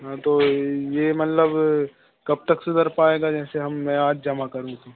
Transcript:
हाँ तो यह मतलब कब तक सुधर पाएगा जैसे हम मैं आज जमा करूँ तो